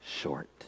short